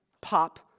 pop